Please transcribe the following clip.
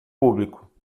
público